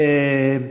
אני